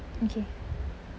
okay